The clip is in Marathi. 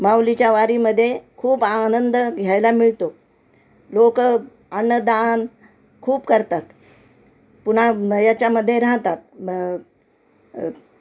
माऊलीच्या वारीमध्ये खूप आनंद घ्यायला मिळतो लोकं अन्नदान खूप करतात पुन्हा याच्यामध्ये राहतात म